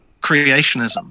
creationism